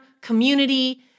community